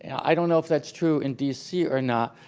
i don't know if that's true in d c. or not,